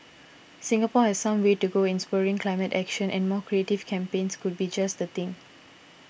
Singapore has some way to go in spurring climate action and more creative campaigns could be just the thing